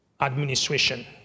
administration